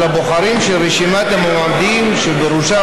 על הבוחרים של רשימת המועמדים שבראשה